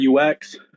UX